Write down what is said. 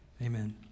Amen